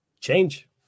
Change